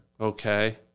Okay